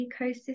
ecosystem